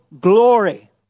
glory